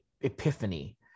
epiphany